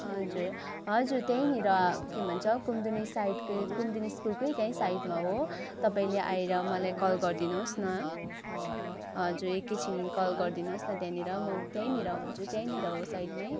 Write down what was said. हजुर हजुर त्यहीँनिर के भन्छ कुमुदिनी साइडकै कुमुदिनी स्कुलकै त्यहीँ साइडमा हो तपाईँले आएर मलाई कल गरिदिनुहोस् न हजुर एकैछिन कल गरिदिनुहोस् न त्यहाँनिर म त्यहीँनिर हुन्छु त्यहीँनिर हो साइडमै